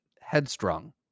headstrong